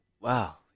wow